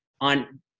on